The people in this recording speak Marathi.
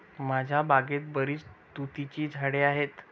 माझ्या बागेत बरीच तुतीची झाडे आहेत